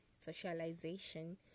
socialization